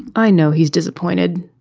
i know he's disappointed,